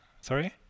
sorry